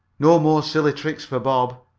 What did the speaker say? no more silly tricks for bob!